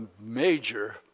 major